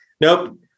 nope